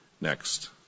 next